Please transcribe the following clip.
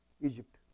Egypt